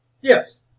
Yes